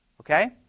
okay